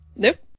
Nope